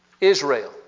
Israel